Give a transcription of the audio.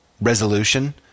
resolution